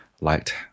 liked